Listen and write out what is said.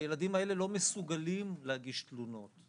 הילדים לא מסוגלים להגיש תלונות.